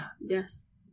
Yes